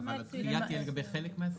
אבל הדחייה תהיה לגבי חלק מהדברים.